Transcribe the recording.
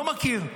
לא מכיר.